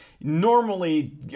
normally